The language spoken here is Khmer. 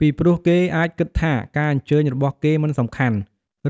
ពីព្រោះគេអាចគិតថាការអញ្ជើញរបស់គេមិនសំខាន់